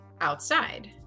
outside